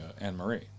Anne-Marie